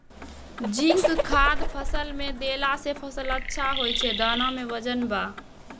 zinc खाद फ़सल मे देला से फ़सल अच्छा होय छै दाना मे वजन ब